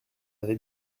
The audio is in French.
avait